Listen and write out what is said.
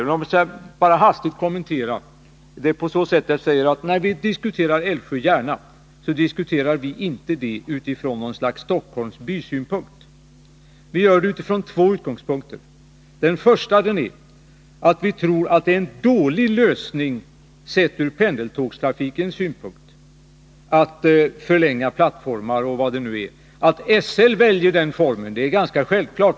Låt mig bara göra några hastiga kommentarer. ' När vi diskuterar dubbelspåret Älvsjö-Järna diskuterar vi inte utifrån någon stockholmsk bysynpunkt. Vi gör det utifrån två utgångspunkter. Den första är att vi tror att det är en dålig lösning, sett ur pendeltågstrafikens synvinkel, att förlänga plattformar o. d. Att SL väljer den åtgärden är ganska självklart.